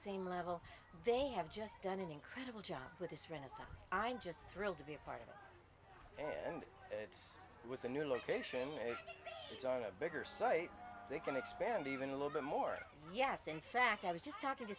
same level they have just done an incredible job with this renaissance i'm just thrilled to be a part of it and it's with a new location a bigger site they can expand even a little bit more yes in fact i was just talking to